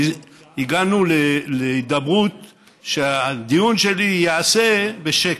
והגענו להידברות שהדיון שלי ייעשה בשקט,